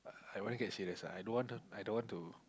I only can say this lah I don't want to I don't want to